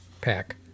pack